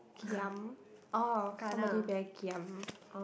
giam orh somebody very giam